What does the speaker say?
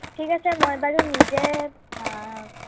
ঠিক আছে মই বাৰু নিজে